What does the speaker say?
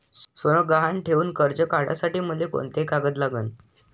सोनं गहान ठेऊन कर्ज काढासाठी मले कोंते कागद लागन?